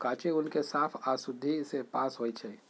कांचे ऊन के साफ आऽ शुद्धि से पास होइ छइ